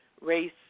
race